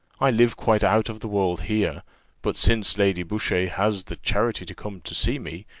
i live quite out of the world here but since lady boucher has the charity to come to see me,